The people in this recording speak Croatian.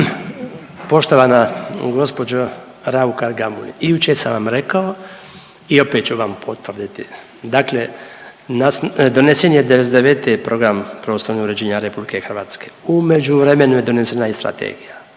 Poštovana gospođo RAukar Gamulin. I jučer sam vam rekao i opet ću vam potvrditi, dakle donesen je Program prostornog uređenja RH, u međuvremenu je donesena i Strategija